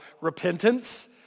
Repentance